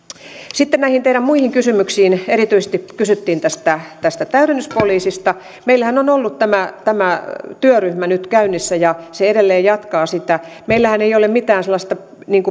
sitten näihin teidän muihin kysymyksiinne erityisesti kysyttiin täydennyspoliisista meillähän on ollut työryhmä nyt käynnissä ja se edelleen jatkaa työtään meillähän ei ole mitään sellaista